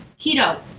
Keto